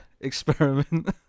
experiment